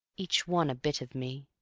each one a bit of me,